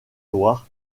loire